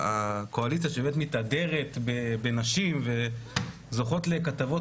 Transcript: הקואליציה שבאמת מתהדרת בנשים וזוכות לכתבות